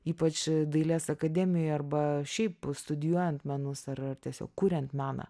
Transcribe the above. ypač dailės akademijoj arba šiaip studijuojant menus ar tiesiog kuriant meną